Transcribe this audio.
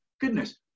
goodness